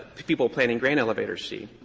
people planting grain elevator seed.